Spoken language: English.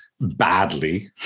badly